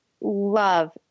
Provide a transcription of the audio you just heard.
love